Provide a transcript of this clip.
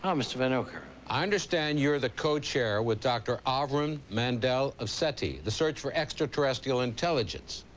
um mr. vanocur. i understand u're the co-chair with dr. avram mandel of seti the search for extraterrestrial intelligence.